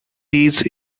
these